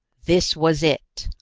this was it.